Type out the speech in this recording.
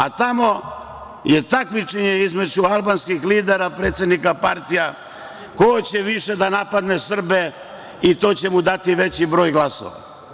A tamo je takmičenje između albanskih lidera, predsednika partija, ko će više da napadne Srbe jer će mu to dati veći broj glasova.